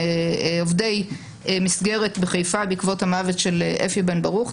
עובדי מסגרת בחיפה בעקבות המוות של אפי בן ברוך,